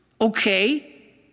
Okay